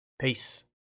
Peace